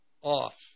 off